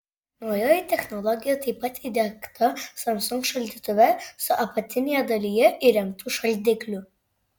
naujoji technologija taip pat įdiegta samsung šaldytuve su apatinėje dalyje įrengtu šaldikliu